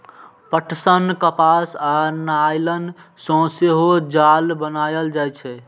पटसन, कपास आ नायलन सं सेहो जाल बनाएल जाइ छै